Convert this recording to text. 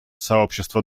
сообщества